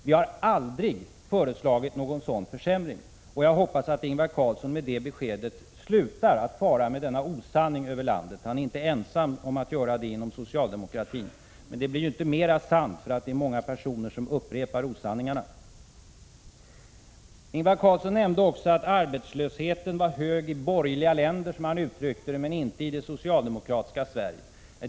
Vi har aldrig föreslagit någon sådan försämring, och jag hoppas att Ingvar Carlsson efter det beskedet slutar att fara med denna osanning. Han är inte ensam inom socialdemokratin om att göra sådana påståenden, men det blir ju inte mera sant för att det är många personer som upprepar osanningarna. Ingvar Carlsson nämnde också att arbetslösheten var hög i borgerliga länder — som han uttryckte det — men inte i det socialdemokratiska Sverige.